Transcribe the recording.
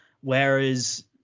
Whereas